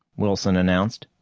wilson announced.